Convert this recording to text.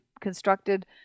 constructed